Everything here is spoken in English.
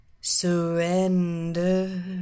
surrender